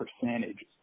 percentage